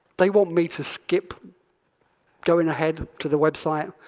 they want me to skip going ahead to the website.